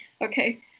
Okay